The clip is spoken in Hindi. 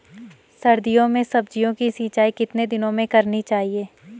सर्दियों में सब्जियों की सिंचाई कितने दिनों में करनी चाहिए?